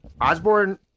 Osborne